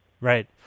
Right